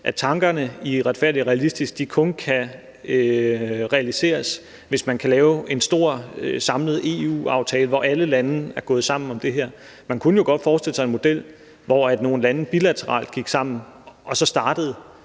at tankerne i »Retfærdig og realistisk« kun kan realiseres, hvis man kan lave en stor, samlet EU-aftale, hvor alle lande er gået sammen om det. Man kunne jo godt forestille sig en model, hvor nogle lande bilateralt gik sammen og startede